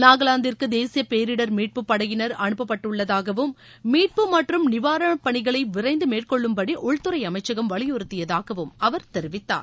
நாகலந்திற்கு தேசிய பேரிடர் மீட்பு படையினர் அனுப்பப்பட்டுள்ளதாகவும் மீட்பு மற்றும் நிவாரண பணிகளை விரைந்து மேற்கொள்ளும்படி உள்துறை அமைச்சகம் வலியுறுத்தியதாகவும் அவர் தெரிவித்தார்